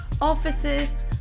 Offices